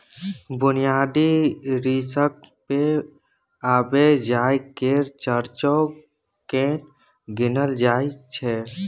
बुनियादी रिस्क मे आबय जाय केर खर्चो केँ गिनल जाय छै